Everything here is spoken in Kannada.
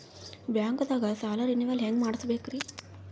ಬ್ಯಾಂಕ್ದಾಗ ಸಾಲ ರೇನೆವಲ್ ಹೆಂಗ್ ಮಾಡ್ಸಬೇಕರಿ?